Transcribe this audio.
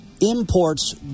imports